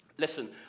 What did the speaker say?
Listen